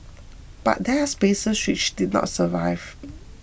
but there are spaces which did not survive